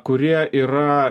kurie yra